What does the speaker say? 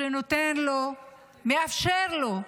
שנותן לו, מאפשר לו,